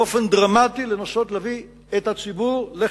באופן דרמטי לנסות להביא את הציבור לחיסכון.